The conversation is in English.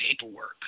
paperwork